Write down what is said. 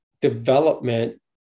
development